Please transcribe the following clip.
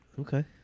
Okay